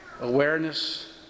awareness